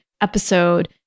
episode